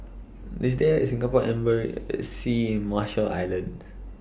IS There A Singapore in Marshall Islands